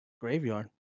graveyard